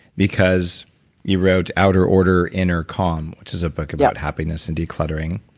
because you wrote outer order, inner calm, which is a book about happiness and decluttering,